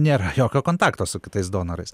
nėra jokio kontakto su kitais donorais